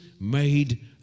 made